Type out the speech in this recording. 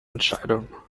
entscheidung